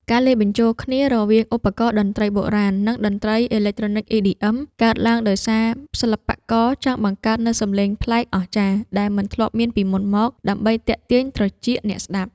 ការលាយបញ្ចូលគ្នារវាងឧបករណ៍តន្ត្រីបុរាណ និងតន្ត្រីអេឡិចត្រូនិក EDM កើតឡើងដោយសារសិល្បករចង់បង្កើតនូវសំឡេងប្លែកអស្ចារ្យ ដែលមិនធ្លាប់មានពីមុនមក ដើម្បីទាក់ទាញត្រចៀកអ្នកស្ដាប់។